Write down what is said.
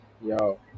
Yo